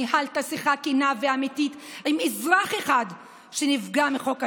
ניהלת שיחה כנה ואמיתית עם אזרח אחד שנפגע מחוק הלאום?